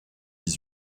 dix